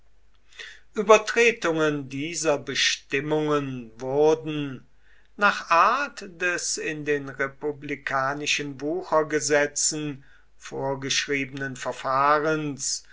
übertretungen dieser bestimmung wurden nach art des in den republikanischen wuchergesetzen vorgeschriebenen verfahrens